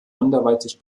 anderweitig